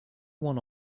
one